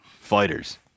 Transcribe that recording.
fighters